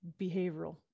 behavioral